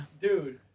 dude